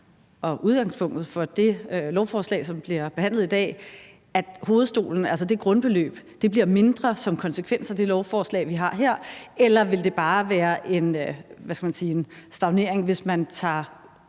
og udgangspunktet for det lovforslag, som bliver behandlet i dag, at hovedstolen, altså grundbeløbet, bliver mindre som konsekvens af det lovforslag, vi har her, eller vil det bare være en stagnering, hvis man tager